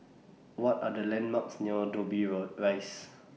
What Are The landmarks near Dobbie O Rise